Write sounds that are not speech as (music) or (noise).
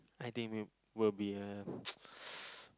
I think will will be a (noise)